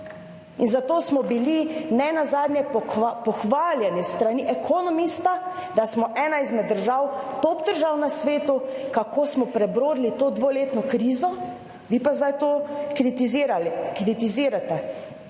Za to smo bili nenazadnje pohvaljeni s strani ekonomista, da smo ena izmed držav, top držav na svetu kako smo prebrodili to dvoletno krizo, vi pa sedaj to kritizirate.